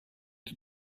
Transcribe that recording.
тут